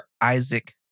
Isaac